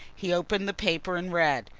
he opened the paper and read.